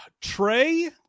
Trey